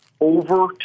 over